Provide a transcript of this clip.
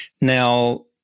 Now